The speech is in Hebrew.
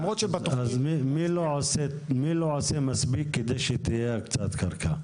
מי לא עושה מספיק כדי שתהיה הקצאת קרקע?